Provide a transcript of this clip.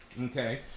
Okay